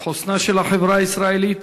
את חוסנה של החברה הישראלית,